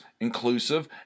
inclusive